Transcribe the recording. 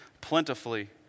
plentifully